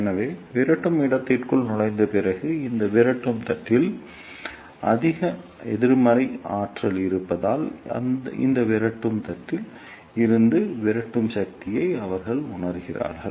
எனவே விரட்டும் இடத்திற்குள் நுழைந்த பிறகு இந்த விரட்டும் தட்டில் அதிக எதிர்மறை ஆற்றல் இருப்பதால் இந்த விரட்டும் தட்டில் இருந்து விரட்டும் சக்தியை அவர்கள் உணர்கிறார்கள்